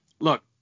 look